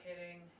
hitting